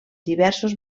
diversos